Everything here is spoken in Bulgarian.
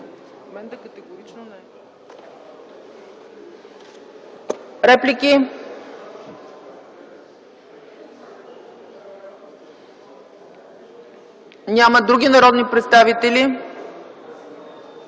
Реплики? Няма. Други народни представители?